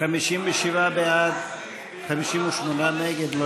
הסתייגות מס' 39, 57 בעד, 58 נגד.